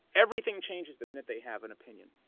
everything changes the minute they have an opinion,